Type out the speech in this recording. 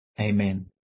Amen